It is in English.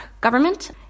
government